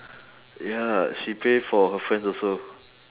ya she pay for her friends also